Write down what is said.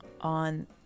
on